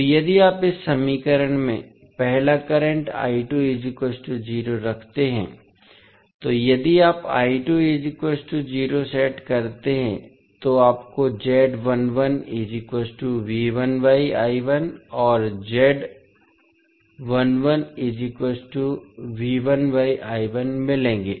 तो यदि आप इस समीकरण में पहला करंट रखते हैं तो यदि आप सेट करते हैं तो आपको और मिलेंगे